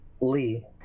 Lee